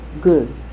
good